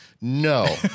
No